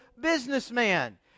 businessman